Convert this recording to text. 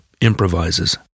improvises